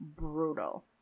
brutal